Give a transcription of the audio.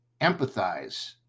empathize